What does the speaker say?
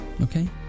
okay